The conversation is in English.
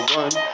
one